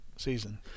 season